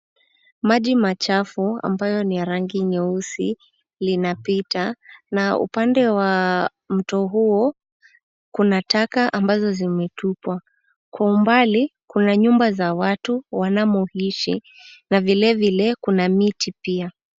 Maji machafu ambayo ni ya rangi nyeusi linapita na upande wa mto huo kuna taka ambazo zimetupwa. Kwa umbali kuna nyumba za watu wanamoishi na vilevile kuna miti pia.